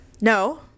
No